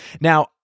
Now